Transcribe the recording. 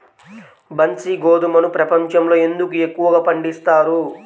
బన్సీ గోధుమను ప్రపంచంలో ఎందుకు ఎక్కువగా పండిస్తారు?